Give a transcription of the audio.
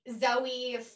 Zoe